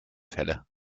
felle